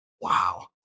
Wow